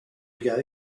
ago